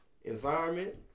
Environment